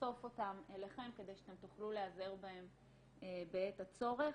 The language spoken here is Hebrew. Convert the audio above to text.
לחשוף אותם אליכם כדי שאתם תוכלו להיעזר בהם בעת הצורך.